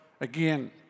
again